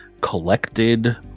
collected